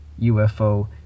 UFO